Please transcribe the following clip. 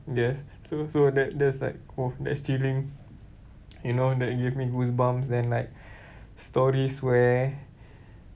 yes so so that that's like oh that's chilling you know that give me goosebumps then like stories where